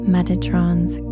Metatron's